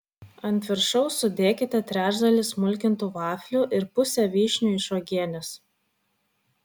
ant viršaus sudėkite trečdalį smulkintų vaflių ir pusę vyšnių iš uogienės